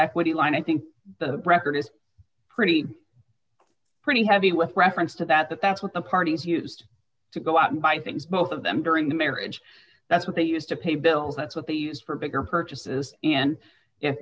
equity line i think the record is pretty pretty heavy with reference to that that that's what the parties used to go out and buy things both of them during the marriage that's what they used to pay bills that's what they use for bigger purchases and